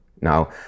Now